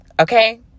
Okay